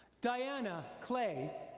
diana clay,